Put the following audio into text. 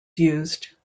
used